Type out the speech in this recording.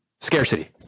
Scarcity